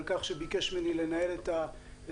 על כך שביקש ממני לנהל את הדיון.